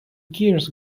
gears